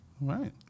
Right